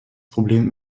problem